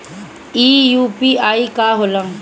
ई यू.पी.आई का होला?